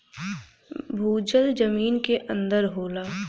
भूजल जमीन के अंदर होला